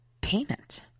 payment